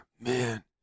man